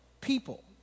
people